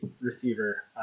receiver